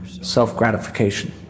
self-gratification